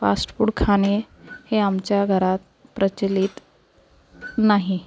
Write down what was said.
fast food खाणे हे आमच्या घरात प्रचलित नाही